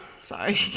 Sorry